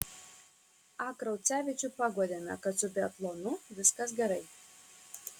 a kraucevičių paguodėme kad su biatlonu viskas gerai